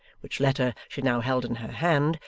which letter she now held in her hand,